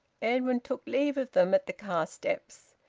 edwin took leave of them at the car steps.